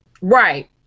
right